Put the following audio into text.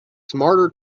smarter